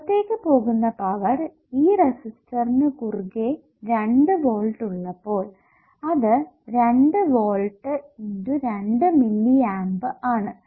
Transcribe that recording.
പുറത്തേക്ക് പോകുന്ന പവർ ഈ റെസിസ്റ്ററിനു കുറുകെ രണ്ടു വോൾട്ട് ഉള്ളപ്പോൾ അത് 2 വോൾട്ട് × 2 മില്ലി ആമ്പ് ആണ്